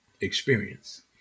experience